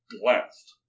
blast